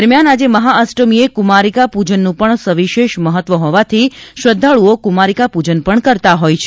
દરમ્યાન આજે મહાઅષ્ટમીએ કુમારીકા પૂજનનું પણ સવિશેષ મહત્વ હોવાથી શ્રધ્ધાળુઓ કુમારીકા પૂજન પણ કરતાં હોય છે